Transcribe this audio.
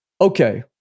okay